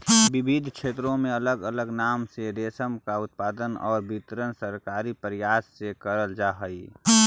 विविध क्षेत्रों में अलग अलग नाम से रेशम का उत्पादन और वितरण सरकारी प्रयास से करल जा हई